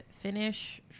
finish